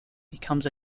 becomes